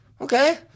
okay